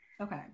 Okay